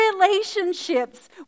relationships